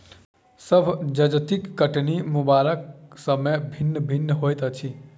सभ जजतिक कटनी करबाक समय भिन्न भिन्न होइत अछि